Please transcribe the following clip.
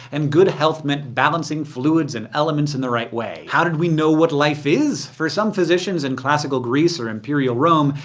and good health meant balancing fluids and elements in the right way. how did we know what life is? for some physicians in classical greece or imperial rome,